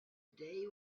day